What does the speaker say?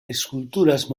esculturas